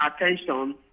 attention